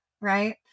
Right